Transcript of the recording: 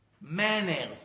Manners